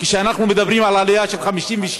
כשאנחנו מדברים על 56%,